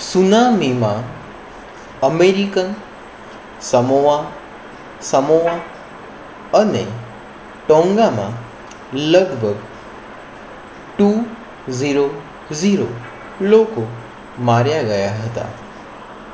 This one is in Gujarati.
સુનામીમાં અમેરિકન સમોઆ સમોઆ અને ટોંગામાં લગભગ ટુ જીરો જીરો લોકો માર્યા ગયા હતા